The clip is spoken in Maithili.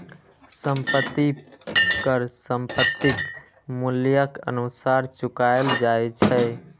संपत्ति कर संपत्तिक मूल्यक अनुसार चुकाएल जाए छै